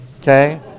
okay